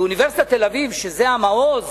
באוניברסיטת תל-אביב, שזה המעוז